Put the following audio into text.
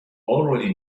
already